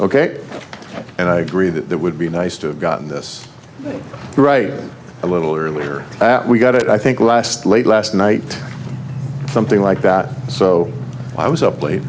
ok and i agree that that would be nice to have gotten this right a little earlier we got it i think last late last night something like that so i was up late